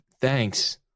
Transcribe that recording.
thanks